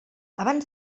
abans